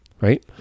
right